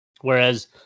Whereas